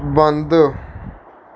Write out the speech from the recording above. ਬੰਦ